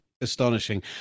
Astonishing